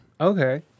Okay